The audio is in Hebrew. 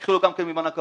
תיקחי לו גם ממענק עבודה?